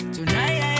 Tonight